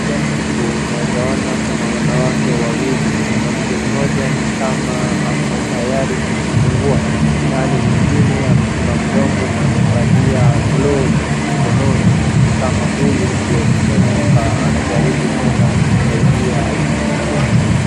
Mbele yangu naeza ona kuna wanawake wawili. Mwanamke mmoja nikama ako tayari kujifungua, ilhali mwingine amefunga mdomo na amevalia glovu mkononi ni kama huyu ndio mkunga anajaribu kwenda kumsaidia ajifungue.